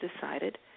decided